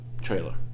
trailer